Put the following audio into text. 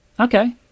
Okay